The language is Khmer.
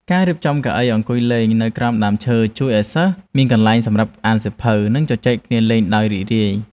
ការរៀបចំកៅអីអង្គុយលេងនៅក្រោមដើមឈើជួយឱ្យសិស្សមានកន្លែងសម្រាប់អានសៀវភៅ និងជជែកគ្នាលេងដោយរីករាយ។